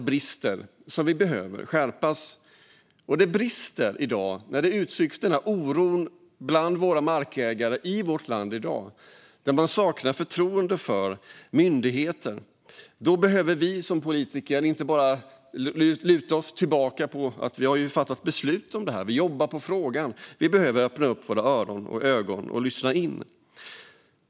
Brister i regelverket måste åtgärdas, och i dag uttrycks oro bland Sveriges markägare eftersom de saknar förtroende för myndigheterna. Då kan vi politiker kan inte bara luta oss mot redan tagna beslut och att vi jobbar på frågan, utan vi måste lyssna till markägarnas oro.